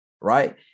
right